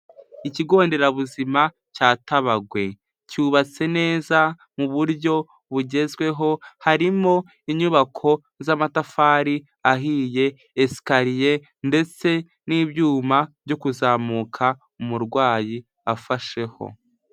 Ikigo nderabuzima cya tabagwe cyubatse neza mu buryo bugezweho harimo inyubako z'amatafari ahiye esikariye ndetse n'ibyuma byo kuzamuka umurwayi afasheho.